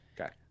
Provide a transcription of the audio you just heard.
Okay